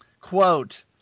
Quote